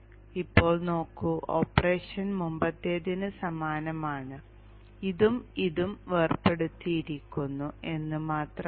ഇപ്പോൾ നോക്കൂ ഓപ്പറേഷൻ മുമ്പത്തേതിന് സമാനമാണ് ഇതും ഇതും വേർപെടുത്തിയിരിക്കുന്നു എന്നു മാത്രമാണ്